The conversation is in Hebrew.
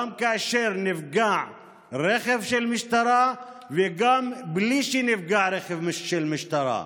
גם כאשר נפגע רכב של משטרה וגם בלי שנפגע רכב של משטרה.